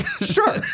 sure